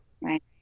Right